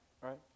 right